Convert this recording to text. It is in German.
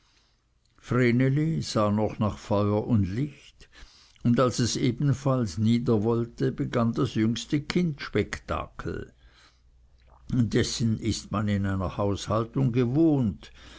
noch nach feuer und licht und als es ebenfalls nieder wollte begann das jüngste kind spektakel dessen ist man in einer haushaltung gewohnt